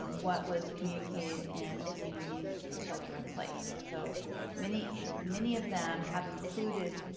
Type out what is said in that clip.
um what was communicated and the community's shelter in place. so many many of them have included